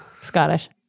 Scottish